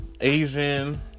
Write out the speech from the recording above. Asian